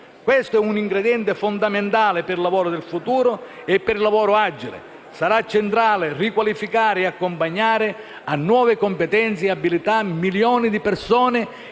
Questo è un ingrediente fondamentale per il lavoro del futuro e per il lavoro agile. Sarà centrale riqualificare e accompagnare a nuove competenze e abilità milioni di persone,